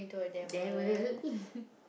there will